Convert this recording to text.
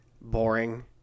boring